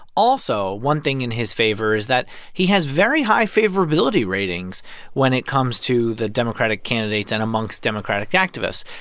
also, one thing in his favor is that he has very high favorability ratings when it comes to the democratic candidates and amongst democratic activists.